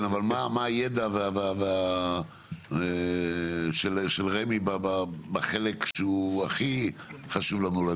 מה הידע של רמ"י בחלק שהכי חשוב לנו?